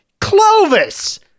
Clovis